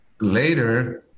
later